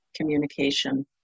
communication